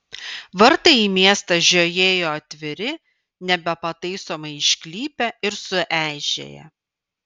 vartai į miestą žiojėjo atviri nebepataisomai išklypę ir sueižėję